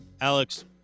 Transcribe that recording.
Alex